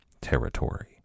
territory